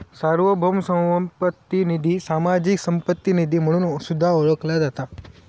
सार्वभौम संपत्ती निधी, सामाजिक संपत्ती निधी म्हणून सुद्धा ओळखला जाता